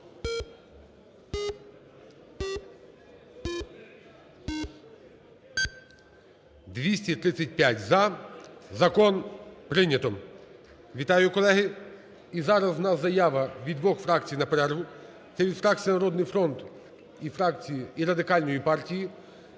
За-235 Закон прийнято. Вітаю, колеги! І зараз у нас заява від двох фракцій на перерву. Це від фракції "Народний фронт" і фракції Радикальної партії.